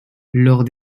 lors